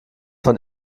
von